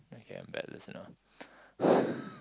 okay I'm a bad listener